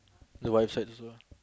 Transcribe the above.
the wife side also